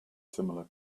similar